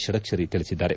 ಪಡಕ್ಷರಿ ತಿಳಿಸಿದ್ದಾರೆ